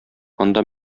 анда